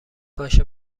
باشه